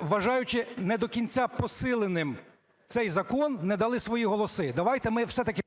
вважаючи не до кінця посиленим цей закон, не дали свої голоси? Давайте ми все-таки…